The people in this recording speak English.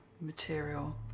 material